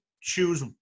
choose